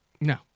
No